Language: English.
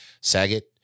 Saget